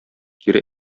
кире